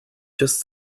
just